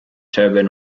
turban